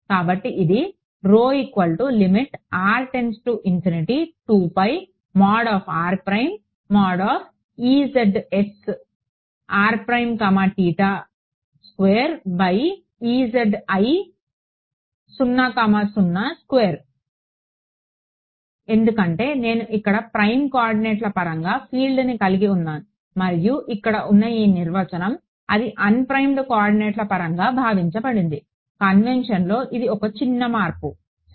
కాబట్టి ఇది ఎందుకంటే నేను ఇక్కడ ప్రైమ్ కోఆర్డినేట్ల పరంగా ఫీల్డ్ని కలిగి ఉన్నాను మరియు ఇక్కడ ఉన్న ఈ నిర్వచనం అది అన్ప్రైమ్డ్ కోఆర్డినేట్ల పరంగా భావించబడింది కన్వెంషన్లో ఇది ఒక చిన్న మార్పు సరే